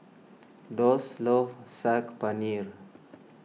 Thos loves Saag Paneer